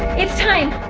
it's time.